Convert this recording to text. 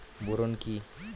Boron কি?